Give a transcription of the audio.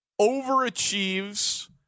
overachieves